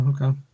okay